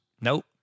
Nope